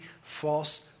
false